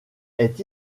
est